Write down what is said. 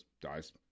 dies